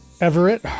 Everett